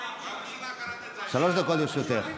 שלוש דקות לרשותך.